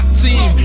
team